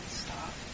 stop